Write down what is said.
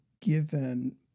given